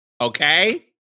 Okay